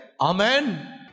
Amen